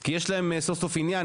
כי יש להם סוף סוף עניין,